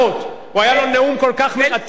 היה לו נאום כל כך מרתק שהוא קיבל עוד זמן.